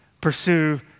pursue